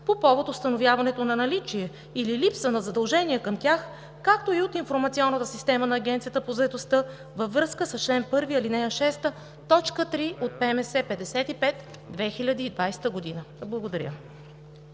по повод установяването на наличие или липса на задължения към тях, както и от информационната система на Агенцията по заетостта, във връзка с чл. 1, ал. 6, т. 3 от ПМС № 55/2020 г. Благодаря.